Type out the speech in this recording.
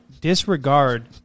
Disregard